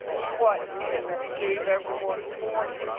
what if we gave everyone forty?